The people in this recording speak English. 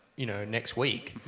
you know, next week,